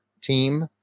team